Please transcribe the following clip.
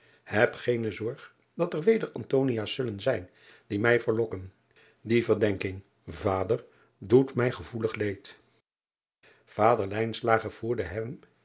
heb geene zorg dat er weder zullen zijn die mij verlokken die verdenking vader doet mij gevoelig leed ader voerde hem